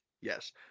Yes